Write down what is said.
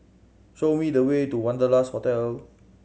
show me the way to Wanderlust Hotel